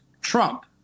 Trump